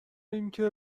اینکه